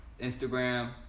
Instagram